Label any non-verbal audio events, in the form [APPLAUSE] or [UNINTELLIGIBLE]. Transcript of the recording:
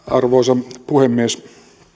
[UNINTELLIGIBLE] arvoisa puhemies